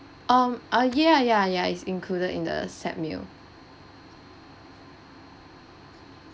um uh ya ya ya it's included in the set meal